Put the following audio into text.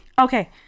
Okay